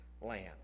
land